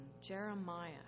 Jeremiah